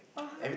what